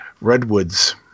redwoods